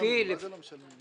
מה זה לא משלמים?